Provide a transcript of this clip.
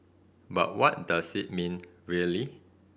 but what does it mean really